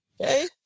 Okay